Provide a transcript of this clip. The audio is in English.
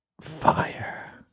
fire